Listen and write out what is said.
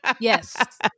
Yes